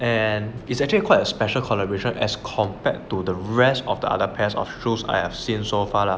and is actually quite a special collaboration as compared to the rest of the other pairs of shoes I have seen so far lah